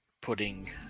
putting